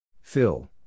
Phil